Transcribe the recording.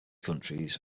countries